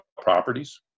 properties